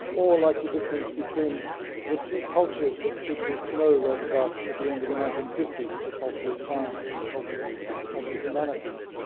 or like the difference between the two cultures that c. p. snow wrote about, at the end of the nineteen fifty s, the culture of science and the culture of the humanities,